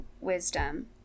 wisdom